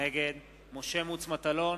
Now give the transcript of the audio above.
נגד משה מטלון,